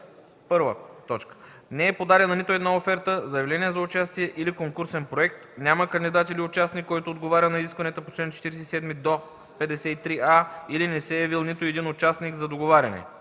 така: „1. не е подадена нито една оферта, заявление за участие или конкурсен проект, няма кандидат или участник, който отговаря на изискванията по чл. 47 – 53а, или не се е явил нито един участник за договаряне;”.